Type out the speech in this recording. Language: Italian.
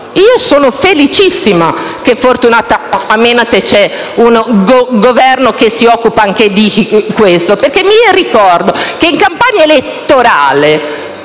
Io sono felicissima che, fortunatamente, c'è un Governo che si occupa anche di questo. Ricordo che in campagna elettorale